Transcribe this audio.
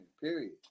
period